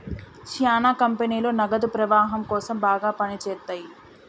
శ్యానా కంపెనీలు నగదు ప్రవాహం కోసం బాగా పని చేత్తయ్యి